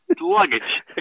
luggage